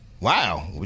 Wow